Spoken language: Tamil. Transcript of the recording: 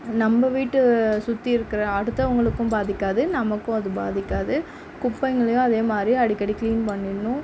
நம்ப வீட்டை சுற்றி இருக்கிற அடுத்தவங்களுக்கும் பாதிக்காது நமக்கும் அது பாதிக்காது குப்பைங்களையும் அதேமாதிரி அடிக்கடி க்ளீன் பண்ணிடணும்